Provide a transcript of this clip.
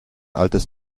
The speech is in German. altes